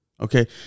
Okay